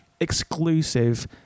exclusive